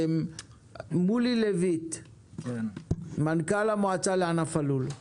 מולי לויט, מנכ"ל המועצה לענף הלול.